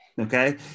Okay